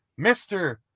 Mr